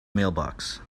mailbox